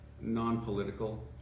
non-political